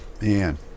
man